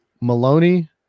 Maloney